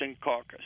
caucus